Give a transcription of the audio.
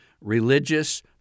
religious